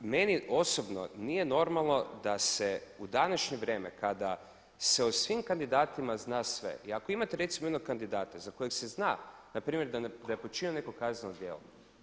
Meni osobno nije normalno da se u današnje vrijeme kada se o svim kandidatima zna sve i ako imate recimo jednog kandidata za kojeg se zna npr. da je počinio neko kazneno djelo.